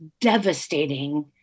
devastating